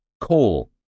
coal